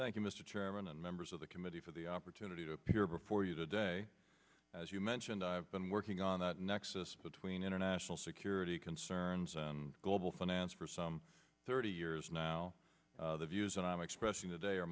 you mr chairman and members of the committee for the opportunity to appear before you today as you mentioned i've been working on that nexus between international security concerns and global finance for some thirty years now the views and i'm expressing today